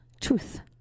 truth